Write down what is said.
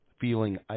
Feeling